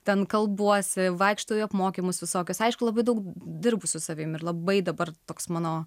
ten kalbuosi vaikštau į apmokymus visokius aišku labai daug dirbu su savim ir labai dabar toks mano